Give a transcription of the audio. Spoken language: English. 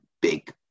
big